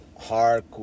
hard